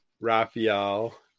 Raphael